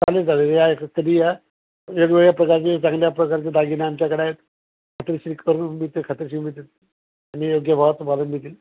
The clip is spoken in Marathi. चालेल चालेल या कधी या वेगवेगळ्या प्रकारचे चांगल्या प्रकारचे दागिने आमच्याकडे आहेत खात्रीशी करून मिळते खात्रीशी मिळते आणि योग्य भावात वाढवून मिळतील